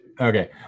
okay